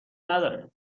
نداره